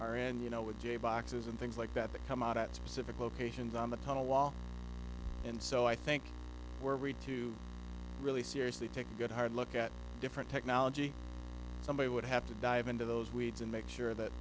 are and you know with j boxes and things like that to come out at specific locations on the tunnel and so i think we're ready to really seriously take a good hard look at different technology somebody would have to dive into those weeds and make sure that